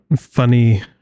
funny